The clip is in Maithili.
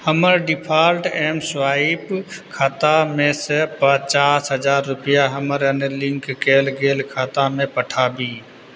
हमर डिफ़ॉल्ट एमस्वाइप खातामे से पचास हजार रुपैआ हमर अन्य लिंक कयल गेल खातामे पठाबी